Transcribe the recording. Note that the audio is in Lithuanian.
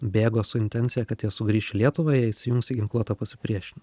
bėgo su intencija kad jie sugrįš į lietuvą jie įsijungs į ginkluotą pasipriešinimą